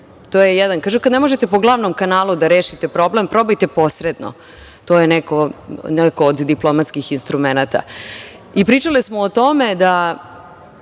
To je jedno. Kada ne možete po glavnom kanalu da rešite problem, probajte posredno. To je neko od diplomatskih instrumenata. I, pričale smo o tome kada